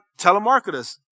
telemarketers